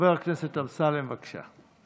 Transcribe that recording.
חבר הכנסת אמסלם, בבקשה.